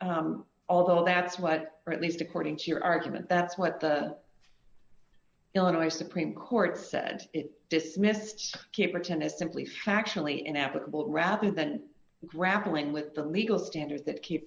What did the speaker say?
although that's what at least according to your argument that's what the illinois supreme court said it dismissed keeper ten as simply factually inevitable rather than grappling with the legal standards that keep